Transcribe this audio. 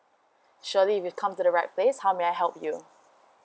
surely we come to the right place how may I help you